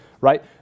right